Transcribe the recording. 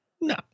no